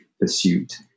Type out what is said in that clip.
pursuit